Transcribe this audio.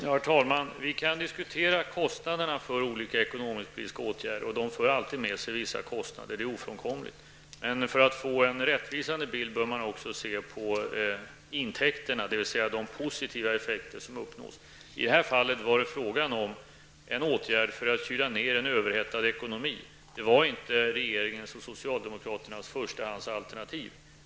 Herr talman! Vi kan diskutera kostnaderna för olika ekonomisk-politiska åtgärder. De för alltid med sig vissa kostnader. Det är ofrånkomligt. Men för att få en rättvisande bild bör man också se på intäkterna, dvs. de positiva effekter som uppnås. I det här fallet var det fråga om en åtgärd för att kyla ner den överhettade ekonomin. Det var inte regeringens och socialdemokraternas förstahandsalternativ.